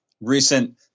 recent